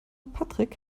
patrick